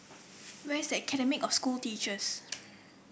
where is Academy of School Teachers